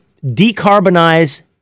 decarbonize